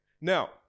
Now